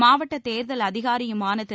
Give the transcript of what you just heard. மாவட்ட தேர்தல் அதிகாரியுமான திரு